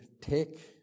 take